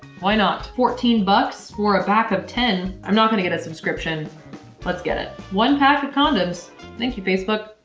why not? fourteen bucks for a pack of ten? i'm not gonna get a subscription let's get it. one pack of condoms thank you facebook.